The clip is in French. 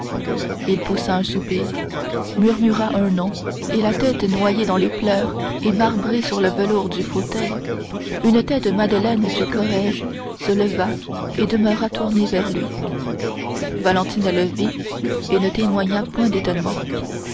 il poussa un soupir murmura un nom et la tête noyée dans les pleurs et marbrée sur le velours du fauteuil une tête de madeleine du corrège se releva et demeura tournée vers lui valentine le vit et ne témoigna point d'étonnement